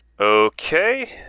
Okay